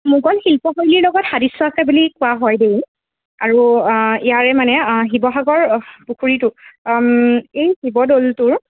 মোগল শিল্পশৈলীৰ লগত সাদিশ্য আছে বুলি কোৱা হয় আৰু ইয়াৰে মানে শিৱসাগৰ পুখুৰীটো এই শিৱদৌলটোৰ